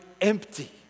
empty